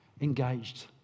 engaged